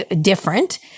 different